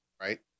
right